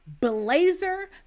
blazer